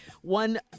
One